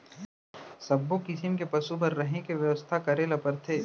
सब्बो किसम के पसु बर रहें के बेवस्था करे ल परथे